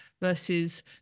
versus